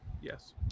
Yes